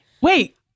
Wait